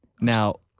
Now